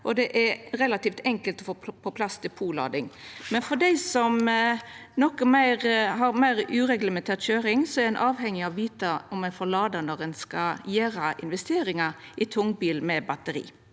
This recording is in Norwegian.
det er relativt enkelt å få på plass depotlading, men for dei som har meir uregelmessig køyring, er ein avhengig av å vita om ein får lada, når ein skal gjera investeringar i tungbil med batteri.